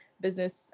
business